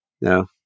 No